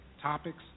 topics